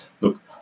look